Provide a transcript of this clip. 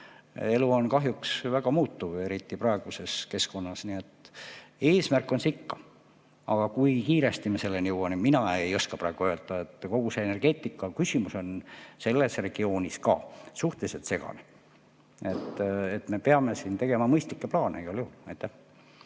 Elu on kahjuks väga muutuv, eriti praeguses keskkonnas. Nii et eesmärk on see ikka. Aga kui kiiresti me selleni jõuame, seda mina ei oska praegu öelda. Kogu energeetika küsimus on selles regioonis ka suhteliselt segane. Me peame siin tegema mõistlikke plaane, igal juhul.